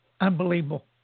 Unbelievable